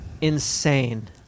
insane